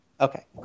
Okay